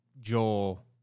Joel